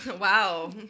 wow